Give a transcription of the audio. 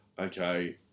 okay